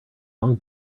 long